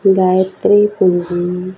ଗାୟତ୍ରୀ ପୁଞ୍ଜି